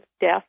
death